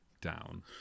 down